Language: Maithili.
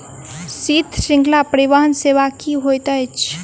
शीत श्रृंखला परिवहन सेवा की होइत अछि?